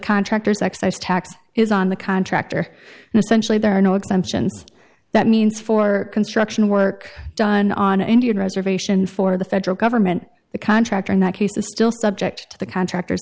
contractors excise tax is on the contractor and essentially there are no exemptions that means for construction work done on an indian reservation for the federal government the contractor in that case is still subject to the contractors